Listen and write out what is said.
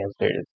answers